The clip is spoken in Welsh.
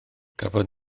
cafodd